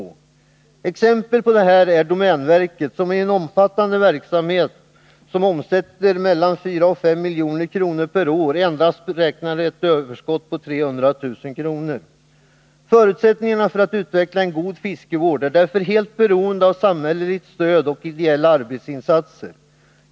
Exempel på detta är domänverket, som i en omfattande verksamhet har en omsättning på mellan 4 och 5 milj.kr. men endast kan påräkna ett överskott på 300 000 kr. Förutsättningarna för att utveckla en god fiskevård är därför helt beroende av samhälleligt stöd och ideella arbetsinsatser.